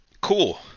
Cool